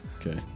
Okay